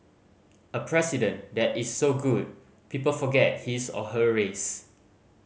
a president that is so good people forget his or her race